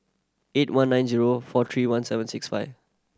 eight one nine zero four three one seven six five